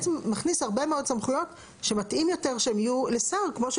אני מבינה שאתה אומר, לא רק